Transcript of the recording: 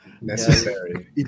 Necessary